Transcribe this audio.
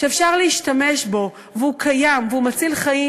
שאפשר להשתמש בו והוא קיים והוא מציל חיים,